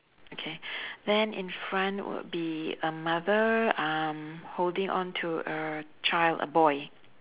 okay then in front would be a mother um holding on to a child a boy